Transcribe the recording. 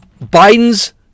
Biden's